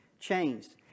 changed